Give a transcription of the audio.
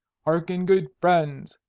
hearken, good friends!